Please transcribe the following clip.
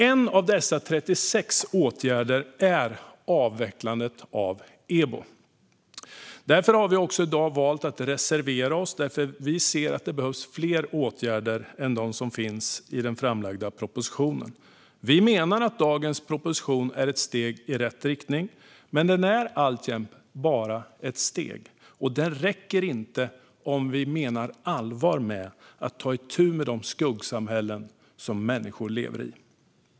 En av dessa 36 åtgärder är avvecklandet av EBO. Därför har vi också i dag valt att reservera oss, eftersom vi ser att det behövs fler åtgärder än de som finns i den framlagda propositionen. Vi menar att dagens proposition är ett steg i rätt riktning. Den är dock alltjämt bara ett steg, och det räcker inte om vi menar allvar med att ta itu med de skuggsamhällen som människor lever i.